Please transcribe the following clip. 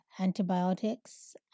antibiotics